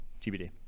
tbd